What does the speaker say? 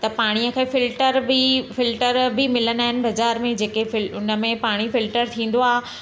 त पाणीअ खे फिल्टर बि फिल्टर बि मिलंदा आहिनि बाज़ारि में जेके फिल जेके उन में पाणी फिल्टर थींदो आहे